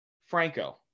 Franco